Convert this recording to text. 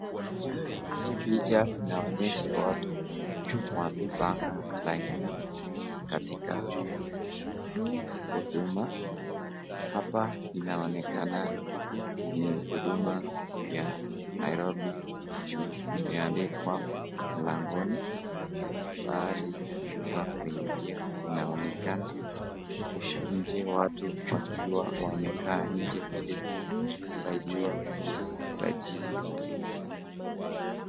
Hii picha inonyesha watu wamepanga laini katika huduma hapa inaonekana ni huduma ya nairobi juu imeandikwa mlangoni pahali pa kuingia inaonekana huku njee watu wamkaa njee hili kusaidiwa kusajiliwa.